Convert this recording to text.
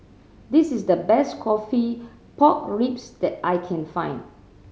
this is the best coffee pork ribs that I can find